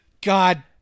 God